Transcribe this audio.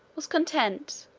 was content,